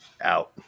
out